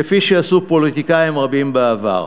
כפי שעשו פוליטיקאים רבים בעבר.